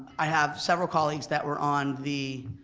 i have several colleagues that were on the